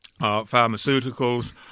pharmaceuticals